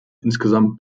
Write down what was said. insgesamt